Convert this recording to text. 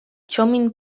txomin